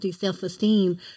self-esteem